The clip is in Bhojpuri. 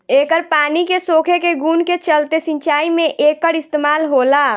एकर पानी के सोखे के गुण के चलते सिंचाई में एकर इस्तमाल होला